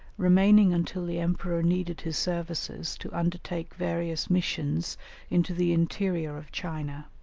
remaining until the emperor needed his services to undertake various missions into the interior of china.